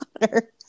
water